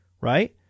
right